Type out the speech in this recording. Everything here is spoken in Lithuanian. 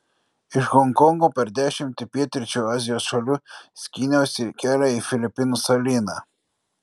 iš honkongo per dešimtį pietryčių azijos šalių skyniausi kelią į filipinų salyną